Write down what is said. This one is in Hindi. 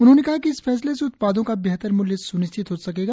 उन्होंने कहा कि इस फैसले से उत्पादों का बेहतर मूल्य स्निश्चित हो सकेगा